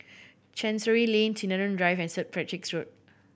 Chancery Lane Sinaran Drive and Saint Patrick's Road